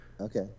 Okay